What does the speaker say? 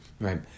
right